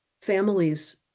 families